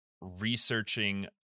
researching